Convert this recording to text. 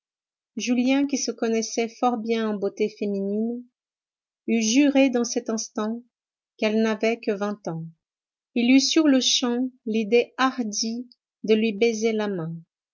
julien qui se connaissait fort bien en beauté féminine eût juré dans cet instant qu'elle n'avait que vingt ans il eut sur-le-champ l'idée hardie de lui baiser la main